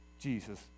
Jesus